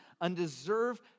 undeserved